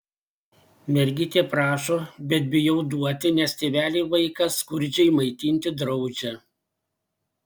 mergytė prašo bet bijau duoti nes tėveliai vaiką skurdžiai maitinti draudžia